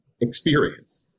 experience